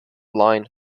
line